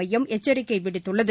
மையம் எச்சரிக்கை விடுத்துள்ளது